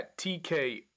tk